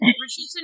Richardson